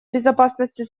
безопасностью